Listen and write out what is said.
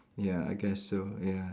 ya I guess so ya